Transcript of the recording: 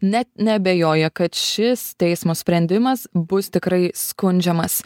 net neabejoja kad šis teismo sprendimas bus tikrai skundžiamas